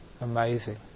amazing